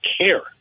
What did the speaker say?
care